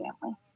family